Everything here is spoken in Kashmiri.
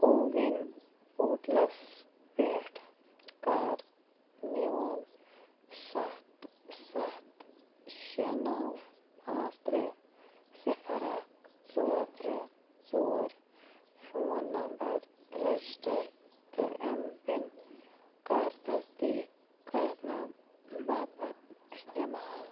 کووِن پوٹلَس پٮ۪ٹھ کَر میون سَتھ سَتھ شےٚ نَو پانٛژھ ترٛےٚ صِفَر اَکھ ژور ترٛےٚ ژور فون نَمبَر رَجِسٹَر تہٕ اٮ۪م پِن کَر تصدیٖق کَرناو باپَت اِستعمال